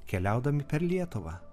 keliaudami per lietuvą